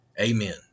Amen